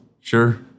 sure